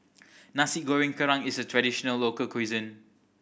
Nasi Goreng Kerang is a traditional local cuisine